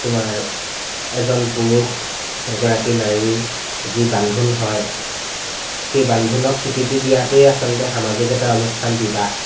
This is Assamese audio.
তোমাৰ এজন পুৰুষ এগৰাকী নাৰীৰ যি বান্ধোন হয় সেই বান্ধোনক স্বীকৃতি দিয়াটোৱে আচলতে সামাজিক এটা অনুষ্ঠান বিবাহ